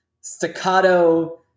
staccato